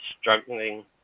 struggling